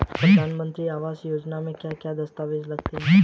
प्रधानमंत्री आवास योजना में क्या क्या दस्तावेज लगते हैं?